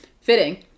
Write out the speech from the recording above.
Fitting